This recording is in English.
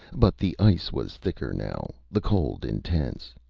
but the ice was thicker now, the cold intense.